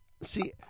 see